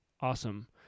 Awesome